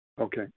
Okay